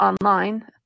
online